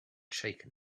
shaken